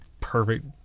perfect